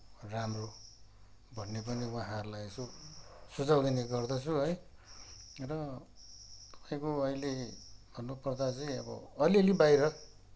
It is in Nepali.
राम्रो भन्ने पनि उहाँहरूलाई यसो सुझाउ दिने गर्दछु है र तपाईँको अहिले भन्नुपर्दा चाहिँ अब अलिअलि बाहिर